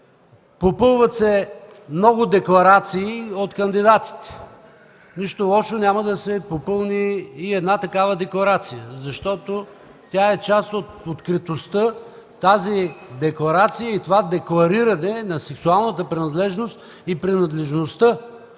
Попълват се много декларации от кандидатите. Нищо лошо няма да се попълни и една такава декларация, защото тя е част от откритостта. Тази декларация и това деклариране на сексуалната принадлежност и принадлежността